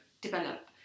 develop